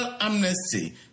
amnesty